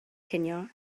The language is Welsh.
cinio